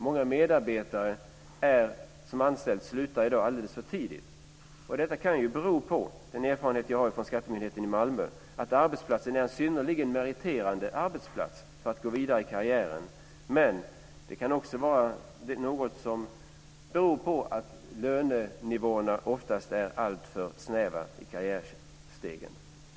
Många medarbetare som anställs slutar i dag alldeles för tidigt. Detta kan ju bero på den erfarenhet som jag har från Skattemyndigheten i Malmö, nämligen att arbetsplatsen är en synnerligen meriterande arbetsplats när det gäller att gå vidare i karriären. Men det kan också bero på att lönenivåerna oftast är alltför snäva i karriärstegen.